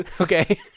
Okay